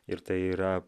ir tai yra